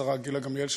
השרה גילה גמליאל,